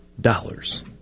dollars